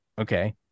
Okay